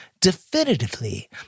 definitively